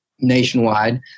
nationwide